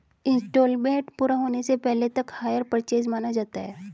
instalment पूरा होने से पहले तक हायर परचेस माना जाता है